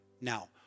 Now